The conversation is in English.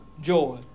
Joy